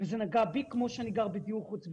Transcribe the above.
וזה נגע בי כמו שאני גר בדיור חוץ ביתי.